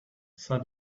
said